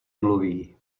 mluví